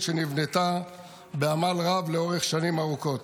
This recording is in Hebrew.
שנבנתה בעמל רב לאורך שנים ארוכות.